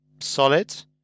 solid